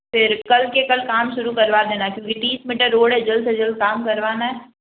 फिर कल के कल काम शुरू करवा देना क्योंकि तीस मीटर रोड है जल्द से जल्द काम करवाना है